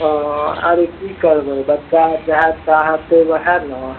अरे की करबय बच्चा जएह चाहतइ वएह ने